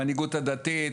המנהיגות הדתית.